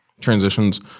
Transitions